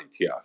ETF